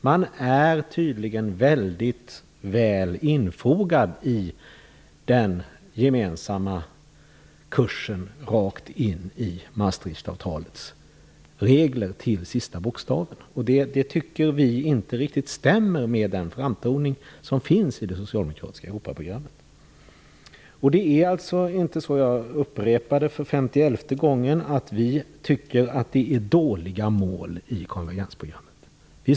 Man är tydligen väldigt väl infogad i den gemensamma kursen rakt in i Maastrichtavtalets regler till sista bokstaven. Vi tycker inte riktigt att det stämmer med den framtoning som finns i det socialdemokratiska Europaprogrammet. Det är alltså inte så - jag upprepar det för femtioelfte gången - att vi tycker att målen i konvergensprogrammet är dåliga.